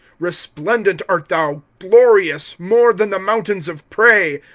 resplendent art thou, glorious, more than the mountains of prey.